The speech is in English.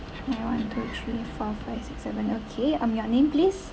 one two three four five six seven okay um your name please